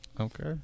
Okay